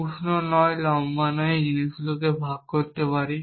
উষ্ণ নয় লম্বা নয় এই জিনিসগুলিকে ভাগ করতে পারি